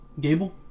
Gable